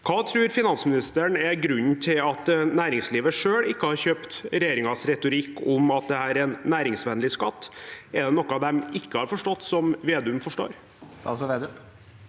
Hva tror finansministeren er grunnen til at næringslivet selv ikke har kjøpt regjeringens retorikk om at det er en næringsvennlig skatt? Er det noe de ikke har forstått, som Vedum forstår?